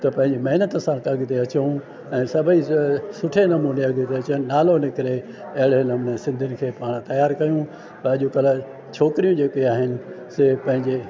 त पंहिंजी महिनत सां अॻिते अचूं ऐं सभई सुठे नमूने अॻिते अचनि नालो निकिरे अहिड़े नमूने सिंधियुनि खे पाण तयारु कयूं त अॼुकल्ह छोकिरियूं जेके आहिनि जे पंहिंजे